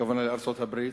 הכוונה לארצות-הברית,